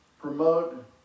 promote